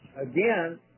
Again